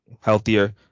healthier